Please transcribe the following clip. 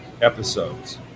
episodes